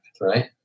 right